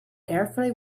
carefully